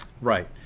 Right